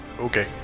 Okay